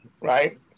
right